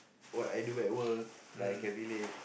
what I do at work like can relate